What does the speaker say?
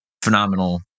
Phenomenal